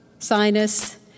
sinus